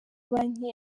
banki